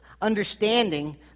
understanding